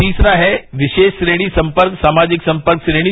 तीसरा है विशेष श्रेणी संपर्क सामाजिक संपर्क श्रेणी